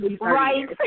Right